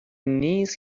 نیست